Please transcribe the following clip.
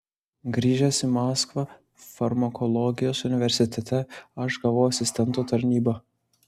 grįžęs į maskvą farmakologijos universitete aš gavau asistento tarnybą